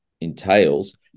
entails